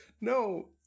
No